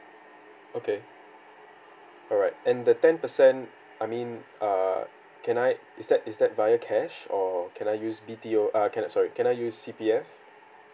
okay alright and the ten percent I mean err can I is that is that via cash or can I use B_T_O uh can I sorry can I use C_P_F